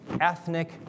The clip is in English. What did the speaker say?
ethnic